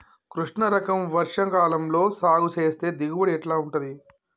కృష్ణ రకం వర్ష కాలం లో సాగు చేస్తే దిగుబడి ఎట్లా ఉంటది?